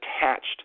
attached